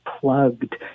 plugged